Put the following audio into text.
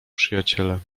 przyjaciele